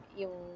yung